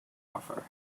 offer